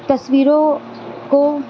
تصویروں کو